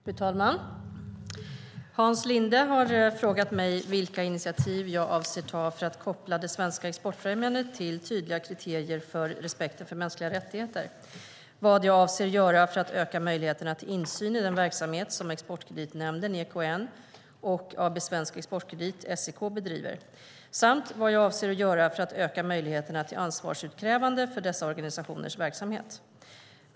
Fru talman! Hans Linde har frågat mig vilka initiativ jag avser att ta för att koppla det svenska exportfrämjandet till tydliga kriterier för respekten för mänskliga rättigheter, vad jag avser att göra för att öka möjligheterna till insyn i den verksamhet som Exportkreditnämnden, EKN, och AB Svensk Exportkredit, SEK, bedriver samt vad jag avser att göra för att öka möjligheterna till ansvarsutkrävande för dessa organisationers verksamhet.